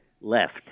left